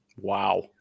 Wow